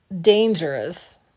dangerous